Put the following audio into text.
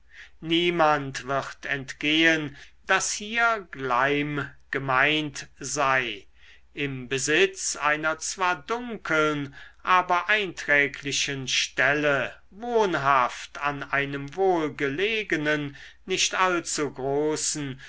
niemanden wird entgehen daß hier gleim gemeint sei im besitz einer zwar dunkeln aber einträglichen stelle wohnhaft an einem wohlgelegenen nicht allzu großen